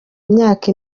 imyaka